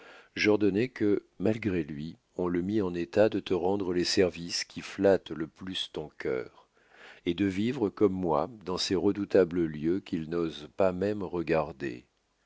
j'ordonnai que malgré lui on le mît en état de te rendre les services qui flattent le plus ton cœur et de vivre comme moi dans ces redoutables lieux qu'il n'ose pas même regarder